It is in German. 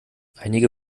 einige